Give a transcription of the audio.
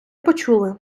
почули